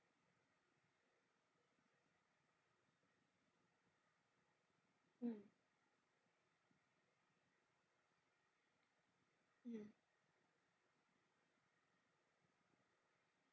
mm